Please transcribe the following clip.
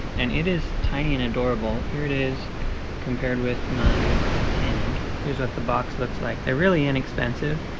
and it is tiny and adorable. here it is compared with my hand. here's what the box looks like. they're really inexpensive.